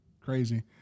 Crazy